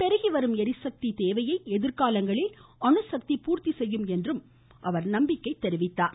பெருகிவரும் ளிசக்தி தேவையை எதிர்காலங்களில் அணுசக்தி பூர்த்தி செய்யும் என்றும் அவர் நம்பிக்கை தெரிவித்தார்